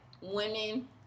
women